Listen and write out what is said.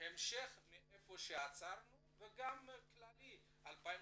המשך מהיכן שעצרנו וגם דיווח כללי 2017,